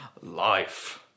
life